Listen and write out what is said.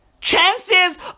Chances